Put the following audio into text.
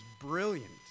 brilliant